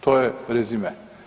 To je rezime.